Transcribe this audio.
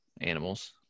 animals